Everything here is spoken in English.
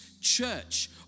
church